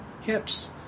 hips